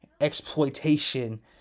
exploitation